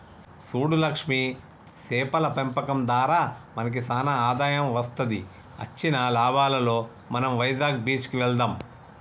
సూడు లక్ష్మి సేపల పెంపకం దారా మనకి సానా ఆదాయం వస్తది అచ్చిన లాభాలలో మనం వైజాగ్ బీచ్ కి వెళ్దాం